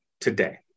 today